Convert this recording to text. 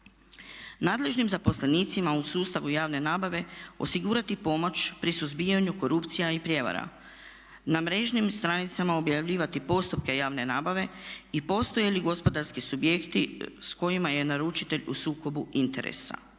Nadležnim zaposlenicima u sustavu javne nabave osigurati pomoć pri suzbijanju korupcija i prijevara. Na mrežnim stranicama objavljivati postupke javne nabave i postoje li gospodarski subjekti s kojima je naručitelj u sukobu interesa.